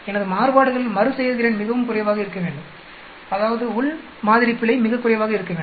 எனது மாறுபாடுகள் மறுசெயற்திறன் மிகவும் குறைவாக இருக்க வேண்டும் அதாவது உள் மாதிரி பிழை மிகக் குறைவாக இருக்க வேண்டும்